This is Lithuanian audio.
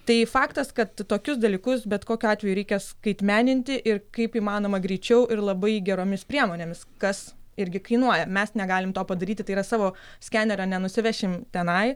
tai faktas kad tokius dalykus bet kokiu atveju reikia skaitmeninti ir kaip įmanoma greičiau ir labai geromis priemonėmis kas irgi kainuoja mes negalim to padaryti tai yra savo skenerio nenusivešim tenai